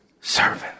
servant